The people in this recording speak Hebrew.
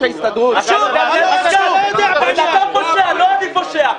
יושב-ראש ההסתדרות --- פושע --- אתה פושע לא אני פושע.